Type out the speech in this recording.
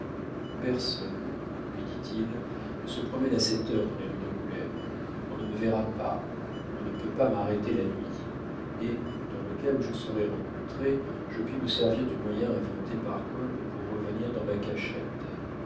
personne lui dit-il ne se promène à cette heure dans les rues d'angoulême on ne me verra pas l'on ne peut pas m'arrêter la nuit et dans le cas où je serais rencontré je puis me servir du moyen inventé par kolb pour revenir dans ma cachette